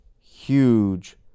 huge